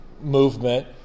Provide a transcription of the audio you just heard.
movement